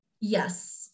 yes